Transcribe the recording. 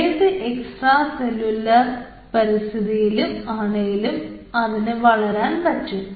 ഏത് extracellular പരിസ്ഥിതിയിൽ ആണേലും അതിന് വളരാൻ പറ്റും